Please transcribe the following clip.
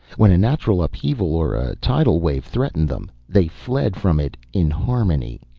when a natural upheaval or a tidal wave threatened them, they fled from it in harmony.